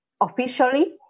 officially